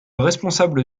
responsable